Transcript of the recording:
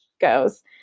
goes